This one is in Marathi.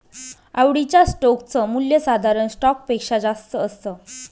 आवडीच्या स्टोक च मूल्य साधारण स्टॉक पेक्षा जास्त असत